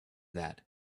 that